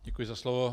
Děkuji za slovo.